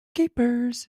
keepers